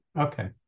okay